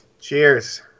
Cheers